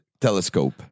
telescope